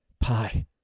pie